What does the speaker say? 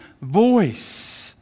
voice